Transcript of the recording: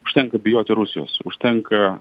užtenka bijoti rusijos užtenka